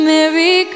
Merry